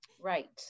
right